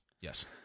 yes